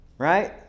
right